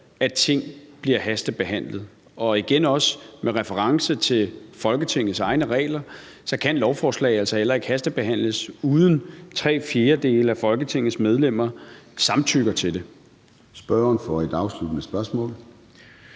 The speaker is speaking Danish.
at ting bliver hastebehandlet. Og igen med reference til Folketingets egne regler vil jeg sige, at lovforslag altså heller ikke kan hastebehandles, uden at tre fjerdedele af Folketingets medlemmer samtykker til det.